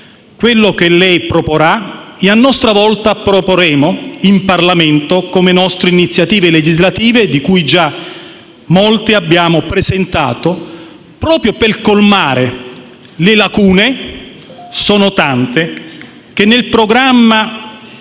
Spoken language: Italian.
quello che lei proporrà e a nostra volta proporremo in Parlamento nostre iniziative legislative - molte già ne abbiamo presentate - proprio per colmare le lacune, tante, che nel programma